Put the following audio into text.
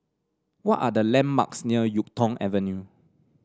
what are the landmarks near YuK Tong Avenue